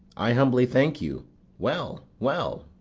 i humbly thank you well, well,